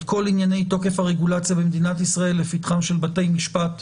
כל ענייני תוקף הרגולציה במדינת ישראל לפתחם של בתי משפט,